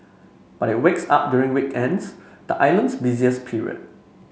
but it wakes up during weekends the island's busiest period